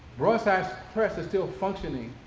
broadside press is still functioning,